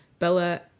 Bella